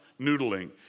noodling